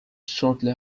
shortly